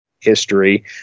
history